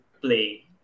play